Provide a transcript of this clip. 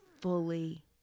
fully